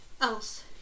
else